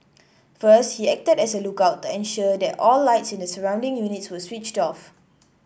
first he acted as a lookout to ensure that all lights in the surrounding units were switched off